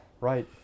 Right